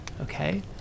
okay